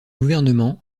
gouvernement